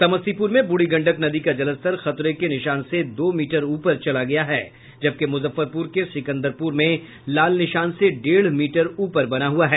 समस्तीपुर में बूढ़ी गंडक नदी का जलस्तर खतरे के निशान से दो मीटर ऊपर चला गया है जबकि मुजफ्फरपुर के सिकंदरपुर में लाल निशान से डेढ़ मीटर ऊपर बना हुआ है